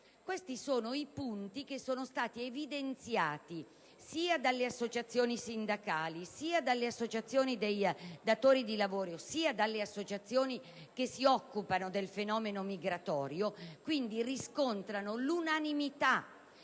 Questi punti sono stati evidenziati dalle associazioni sindacali, dalle associazioni dei datori di lavoro ed anche dalle associazioni che si occupano del fenomeno migratorio e quindi riscontrano l'unanimità